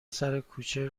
سرکوچه